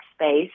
space